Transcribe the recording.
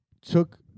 took